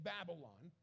Babylon